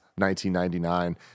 1999